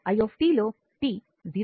i లో t 0 కాదు